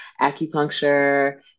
acupuncture